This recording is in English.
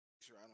sure